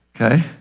okay